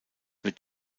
wird